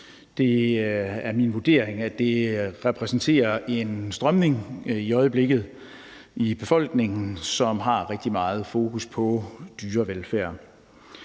Det er min vurdering, at det repræsenterer en strømning i øjeblikket i befolkningen, som har rigtig meget fokus på dyrevelfærd.